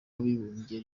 w’abibumbye